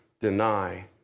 deny